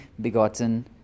begotten